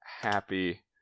happy